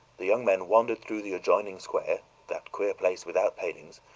the young men wandered through the adjoining square that queer place without palings,